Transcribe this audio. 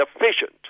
efficient